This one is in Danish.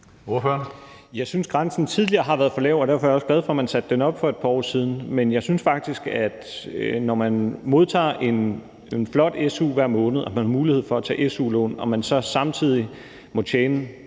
Jeg synes, at grænsen tidligere har været for lav, og derfor var jeg også glad for, at man satte den op for et par år siden. Men når man modtager en flot su hver måned og har mulighed for at tage su-lån og så samtidig må tjene